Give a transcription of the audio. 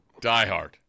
Diehard